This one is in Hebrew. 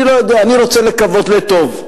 אני לא יודע, אני רוצה לקוות לטוב.